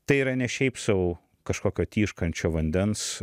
tai yra ne šiaip sau kažkokio tyškančio vandens